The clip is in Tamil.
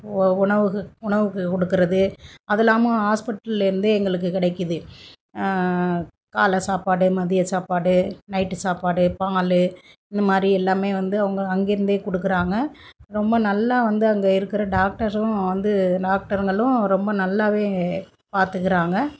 உ உணவு கு உணவு கொடுக்கறது அதுவும் இல்லாமல் ஆஸ்பிட்டலேருந்தே எங்களுக்கு கிடைக்குது காலை சாப்பாடு மதிய சாப்பாடு நைட்டு சாப்பாடு பால் இந்த மாதிரி எல்லாமே வந்து அவங்க அங்கேருந்தே கொடுக்கறாங்க ரொம்ப நல்லா வந்து அங்கே இருக்கிற டாக்டரும் வந்து டாக்டருகளும் ரொம்ப நல்லாவே பார்த்துக்கறாங்க